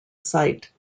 site